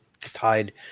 tied